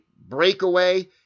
breakaway